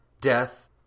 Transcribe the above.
Death